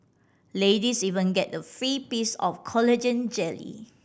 ladies even get a free piece of collagen jelly